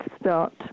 start